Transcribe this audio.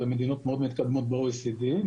ולמדינות מאוד מתקדמות ב-OECD,